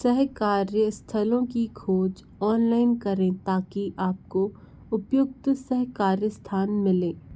सह कार्यस्थलों की खोज ऑनलाइन करें ताकि आपको उपयुक्त सह कार्यस्थान मिले